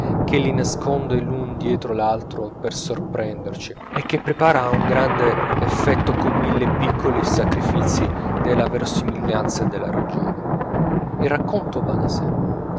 che li nasconde l'un dietro l'altro per sorprenderci e che prepara un grande effetto con mille piccoli sacrifizi della verosimiglianza e della ragione il racconto va da sè